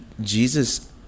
Jesus